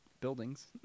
buildings